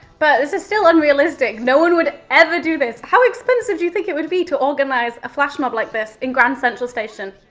but it is still unrealistic. no one would ever do this. how expensive do you think it would be to organise a flash mob like this in grand central station?